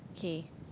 okay